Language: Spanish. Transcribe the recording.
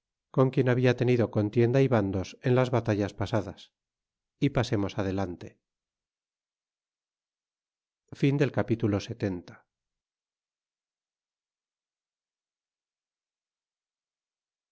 con quien habla tenido contienda y bandos en las batallas pasadas e pasemos adelante capitulo